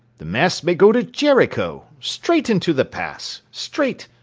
the masts may go to jericho. straight into the pass! straight!